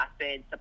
acid